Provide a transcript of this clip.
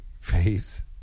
face